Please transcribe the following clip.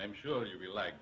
i'm sure she'd be like